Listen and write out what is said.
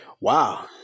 wow